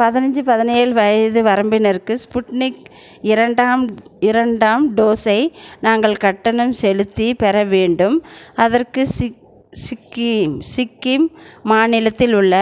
பதினஞ்சு பதினேழு வயது வரம்பினருக்கு ஸ்புட்னிக் இரண்டாம் இரண்டாம் டோஸை நாங்கள் கட்டணம் செலுத்திப் பெற வேண்டும் அதற்கு சிக் சிக்கிம் சிக்கிம் மாநிலத்தில் உள்ள